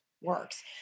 works